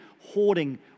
hoarding